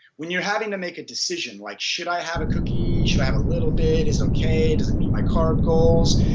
when you're having to make a decision like, should i have a cookie? should i have a little bit? it is okay. does it meet my card goal?